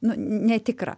nu netikra